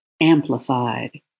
Amplified